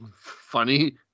funny